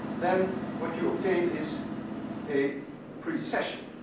then what you obtain is a precession.